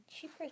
cheaper